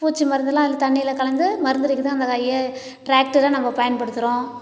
பூச்சி மருந்துல்லாம் அதில் தண்ணியில கலந்து மருந்தடிக்கிறதுக்கு அந்த க ஏ டிராக்டரை நம்ம பயன்படுத்துகிறோம்